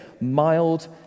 mild